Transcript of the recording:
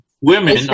women